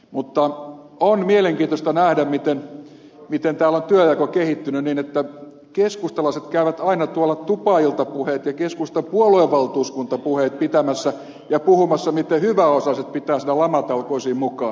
mutta on mielenkiintoista nähdä miten täällä on työnjako kehittynyt niin että keskustalaiset käyvät aina tupailtapuheet ja keskustan puoluevaltuuskuntapuheet pitämässä ja puhumassa miten hyväosaiset pitää saada lamatalkoisiin mukaan